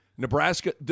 Nebraska